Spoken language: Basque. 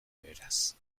beraz